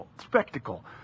spectacle